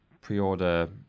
pre-order